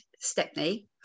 Stepney